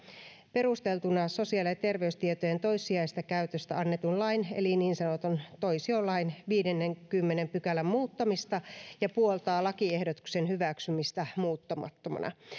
perusteltuna sosiaali ja terveystietojen toissijaisesta käytöstä annetun lain eli niin sanotun toisiolain viidennenkymmenennen pykälän muuttamista ja puoltaa lakiehdotuksen hyväksymistä muuttamattomana